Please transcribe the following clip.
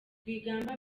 rwigamba